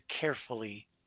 carefully